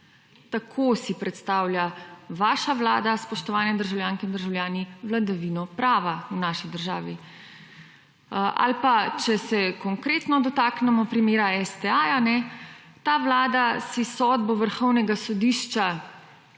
Tako si predstavlja vaša vlada, spoštovane državljanke in državljani, vladavino prava v naši državi. Ali pa če se konkretno dotaknemo primer STA-ja, ta vlada si sodbo Vrhovnega sodišča,